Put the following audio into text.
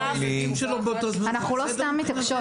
בתחילת המשפט כתוב "מבלי שהייתה הערכת מסוכנות",